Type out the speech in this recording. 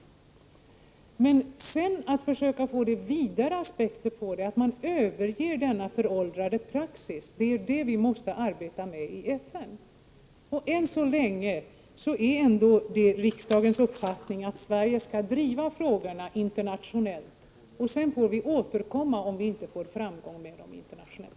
Vad vi måste arbeta med i FN är att försöka åstadkomma vidare aspekter i detta sammanhang. Man måste överge den föråldrade praxis som finns. Ännu så länge är det riksdagens uppfattning att Sverige skall driva frågorna internationellt. Om vi inte har framgång internationellt, får vi återkomma.